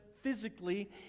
physically